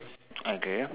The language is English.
okay